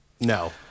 No